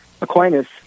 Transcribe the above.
Aquinas